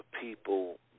people